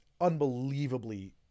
unbelievably